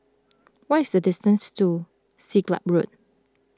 what is the distance to Siglap Road